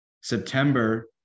September